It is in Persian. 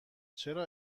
چرا